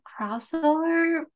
crossover